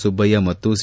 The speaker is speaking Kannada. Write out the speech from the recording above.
ಸುಬ್ಬಯ್ತ ಮತ್ತು ಸಿ